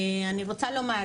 אני רוצה לומר,